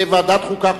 בוועדת החוקה,